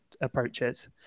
approaches